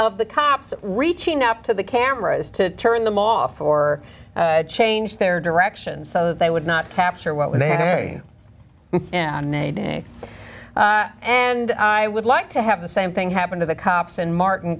of the cops reaching up to the cameras to turn them off or change their direction so that they would not capture what they ok and i would like to have the same thing happen to the cops in martin